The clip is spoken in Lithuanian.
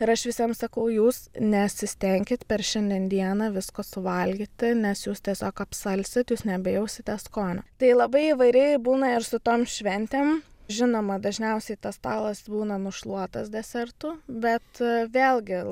ir aš visiem sakau jūs nesistenkit per šiandien dieną visko suvalgyti nes jūs tiesiog apsalsit jūs nebejausite skonio tai labai įvairiai būna ir su tom šventėm žinoma dažniausiai tas stalas būna nušluotas desertų bet vėlgi